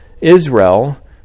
Israel